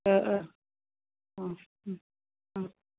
अ अ